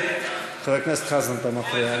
חבר הכנסת חזן, אתה מפריע.